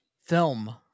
film